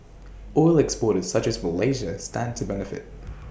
oil exporters such as Malaysia stand to benefit